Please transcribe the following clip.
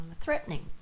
threatening